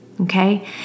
okay